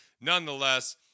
Nonetheless